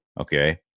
okay